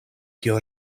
kio